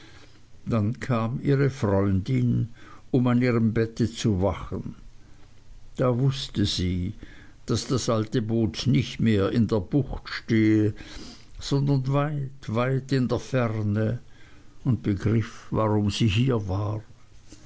dann kam ihre freundin um an ihrem bette zu wachen da wußte sie daß das alte boot nicht mehr in der bucht stehe sondern weit weit in der ferne und begriff warum sie hier war